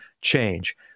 change